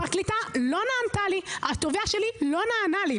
הפרקליטה לא נענתה לי והתובע שלי לא נענה לי.